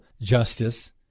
justice